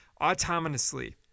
autonomously